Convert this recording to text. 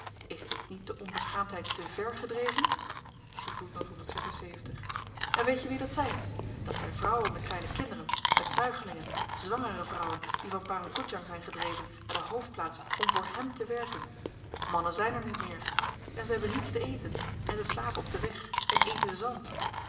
is dit niet de onbeschaamdheid te vèr gedreven en weet je wie dat zyn dat zyn vrouwen met kleine kinderen met zuigelingen zwangere vrouwen die van parang koedjang zyn gedreven naar de hoofdplaats om voor hèm te werken mannen zyn er niet meer en ze hebben niets te eten en ze slapen op den weg en eten zand